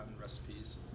recipes